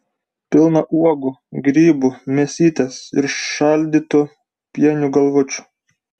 pilną uogų grybų mėsytės ir šaldytų pienių galvučių